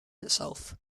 itself